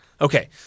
Okay